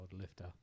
lifter